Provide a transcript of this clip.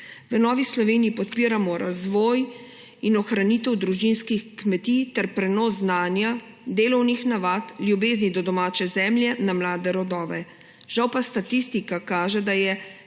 V Novi Sloveniji podpiramo razvoj in ohranitev družinskih kmetij ter prenos znanja, delovnih navad, ljubezni do domače zemlje na mlade rodove. Žal pa statistika kaže, da je